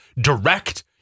direct